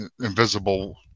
Invisible